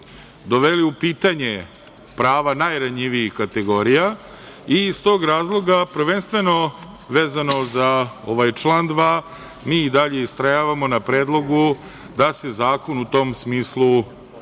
doveli u pitanje prava najranjivijih kategorija i iz tog razloga, prvenstveno vezano za ovaj član 2, mi i dalje istrajavamo na predlogu da se zakon u tom smislu koriguje,